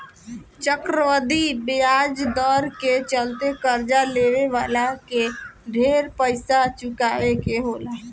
चक्रवृद्धि ब्याज दर के चलते कर्जा लेवे वाला के ढेर पइसा चुकावे के होला